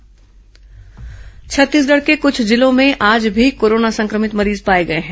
corona मरीज छत्तीसगढ़ के कुछ जिलों में आज भी कोरोना संक्रमित मरीज पाए गए हैं